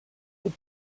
aux